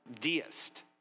deist